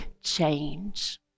change